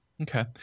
Okay